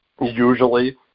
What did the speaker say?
usually